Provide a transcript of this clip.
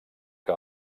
que